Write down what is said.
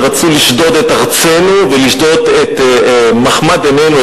שרצו לשדוד את ארצנו ולשדוד את מחמד עינינו,